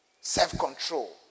self-control